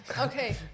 Okay